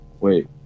wait